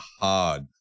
hard